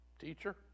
teacher